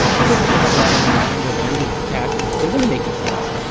poor people have a lot on their mind. their bandwidth is taxed. they're going to make mistakes.